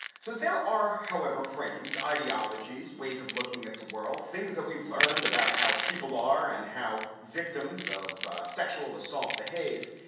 so there are, however, frames ideology's ways of looking at the world, things that we've learned about how people are and how victims of sexual assault behave.